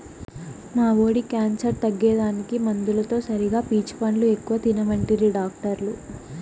మా వోడి క్యాన్సర్ తగ్గేదానికి మందులతో సరిగా పీచు పండ్లు ఎక్కువ తినమంటిరి డాక్టర్లు